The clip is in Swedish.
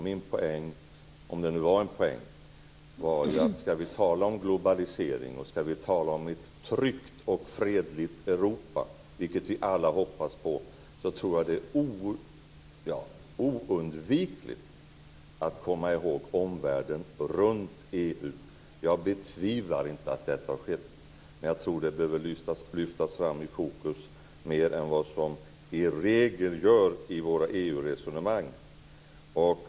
Min poäng, om det nu var en poäng, var ju att om vi ska tala om globalisering och om ett tryggt och fredligt Europa, vilket vi alla hoppas på, tror jag att det är oundvikligt att komma ihåg omvärlden runt EU. Jag betvivlar inte att detta har skett, men jag tror att det behöver lyftas fram i fokus mer än vad som i regel görs i våra EU-resonemang.